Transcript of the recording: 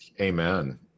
amen